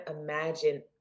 imagine